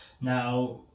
Now